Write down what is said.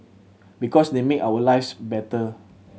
because they make our lives better